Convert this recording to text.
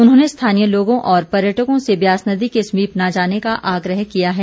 उन्होंने स्थानीय लोगों और पर्यटकों से ब्यास नदी के समीप न जाने का आग्रह किया है